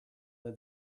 that